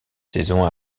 saison